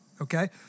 okay